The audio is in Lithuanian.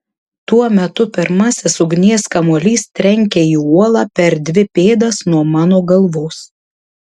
tuo metu pirmasis ugnies kamuolys trenkia į uolą per dvi pėdas nuo mano galvos